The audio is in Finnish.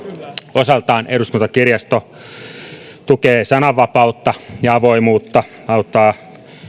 osaltaan eduskuntakirjasto tukee sananvapautta ja avoimuutta ja auttaa